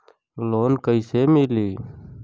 Loan कइसे मिलि?